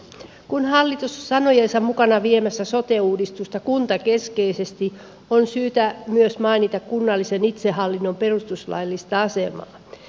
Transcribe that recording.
kun hallitus on sanojensa mukaan viemässä sote uudistusta kuntakeskeisesti on syytä myös mainita kunnallisen itsehallinnon perustuslaillinen asema